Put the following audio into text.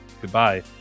Goodbye